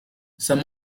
some